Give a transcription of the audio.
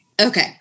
Okay